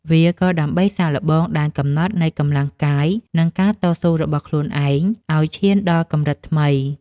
វាក៏ដើម្បីសាកល្បងដែនកំណត់នៃកម្លាំងកាយ និងការតស៊ូរបស់ខ្លួនឯងឱ្យឈានដល់កម្រិតថ្មី។